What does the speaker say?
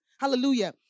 Hallelujah